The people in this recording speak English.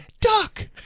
duck